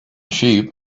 sheep